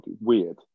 weird